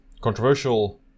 controversial